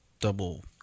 double